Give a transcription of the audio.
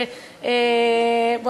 בוא,